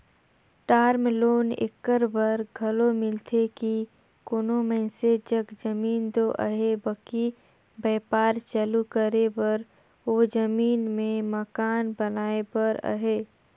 term loan एकर बर घलो मिलथे कि कोनो मइनसे जग जमीन दो अहे बकि बयपार चालू करे बर ओ जमीन में मकान बनाए बर अहे